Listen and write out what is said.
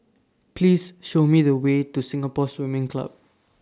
Please Show Me The Way to Singapore Swimming Club